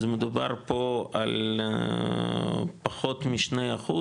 מדובר פה על פחות משני אחוז,